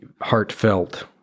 heartfelt